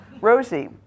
Rosie